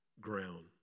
ground